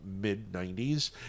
mid-90s